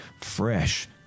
fresh